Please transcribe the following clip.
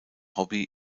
hobby